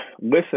Listen